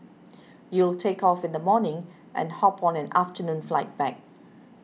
you'll take off in the morning and hop on an afternoon flight back